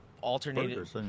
alternated